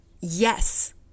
yes